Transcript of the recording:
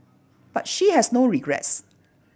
but she has no regrets